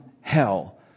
hell